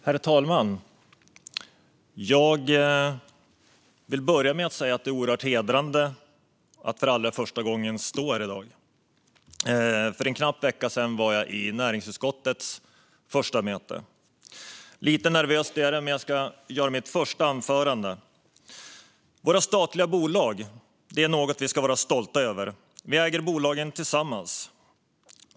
Herr talman! Jag vill börja med att säga att det är oerhört hedrande att för allra första gången stå här i dag. För en knapp vecka sedan var jag även på mitt första möte i näringsutskottet. Lite nervöst är det, men jag ska hålla mitt första anförande. Våra statliga bolag är något vi ska vara stolta över. Vi äger bolagen tillsammans.